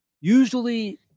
usually